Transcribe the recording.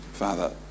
Father